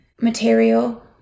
material